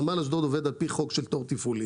נמל אשדוד עובד על-פי חוק של תור תפעולי.